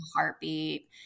heartbeat